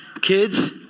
Kids